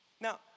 Now